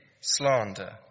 slander